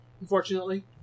unfortunately